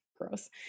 Gross